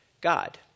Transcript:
God